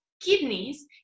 kidneys